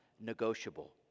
negotiable